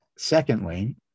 Secondly